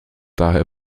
daher